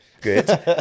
Good